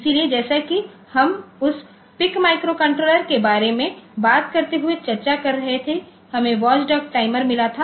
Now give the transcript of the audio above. इसलिए जैसा कि हम उस पिक माइक्रोकंट्रोलर के बारे में बात करते हुए चर्चा कर रहे हैंहमें वॉच डॉग टाइमर मिला था